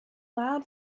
loud